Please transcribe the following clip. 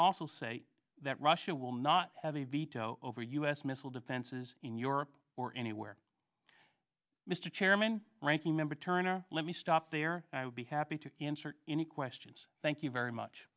also say that russia will not have a veto over u s missile defenses in europe or anywhere mr chairman ranking member turner let me stop there i will be happy to answer any questions thank you very much